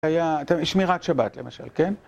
שמירת שבת, למשל, כן?